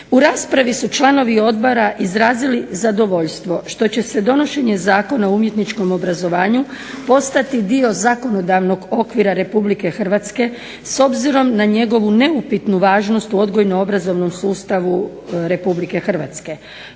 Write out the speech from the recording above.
U raspravi su članovi odbora izrazili zadovoljstvo što će se donošenje Zakona o umjetničkom obrazovanju postati dio zakonodavnog okvira RH s obzirom na njegovu neupitnu važnost u odgojno-obrazovnom sustavu RH.